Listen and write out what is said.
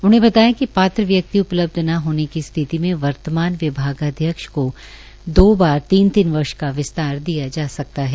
उन्होंने बताया कि पात्र व्यक्ति उपलब्ध न होने की स्थिति में वर्तमान विभागाध्यक्ष को दो बार तीन वर्ष का विस्तार दिया जा सकता है